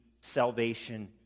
salvation